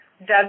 Doug